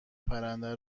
پرنده